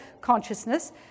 consciousness